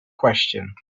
question